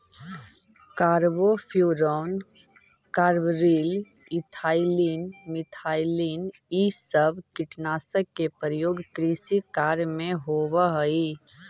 carbofuran, carbaryl, ethylene, methylene इ सब कीटनाशक के प्रयोग कृषि कार्य में होवऽ हई